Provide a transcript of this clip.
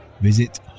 visit